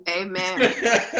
Amen